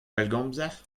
pellgomzer